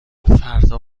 فردا